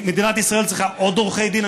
מדינת ישראל צריכה עוד עורכי דין?